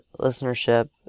listenership